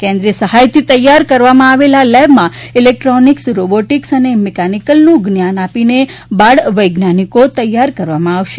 કેન્દિય સહાયથી તૈયાર કરવામાં આવેલ આ લેબમાં ઈલેકટ્રોનિક રોબોટિક્સ ને મિકેનિકલનું જ્ઞાન આપીને બાળ વૈજ્ઞાનિકો તૈયાર કરવામા આવશે